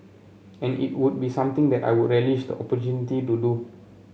and it would be something that I would relish the opportunity to do